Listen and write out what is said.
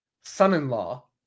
Son-in-Law